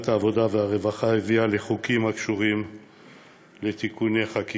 העבודה והרווחה הביאה לחוקים הקשורים להצעת חוק